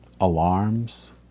alarms